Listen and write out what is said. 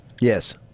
Yes